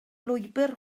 lwybr